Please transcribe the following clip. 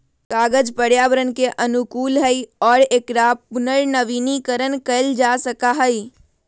कागज पर्यावरण के अनुकूल हई और एकरा पुनर्नवीनीकरण कइल जा सका हई